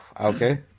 Okay